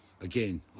again